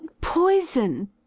poison